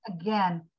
again